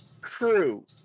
crew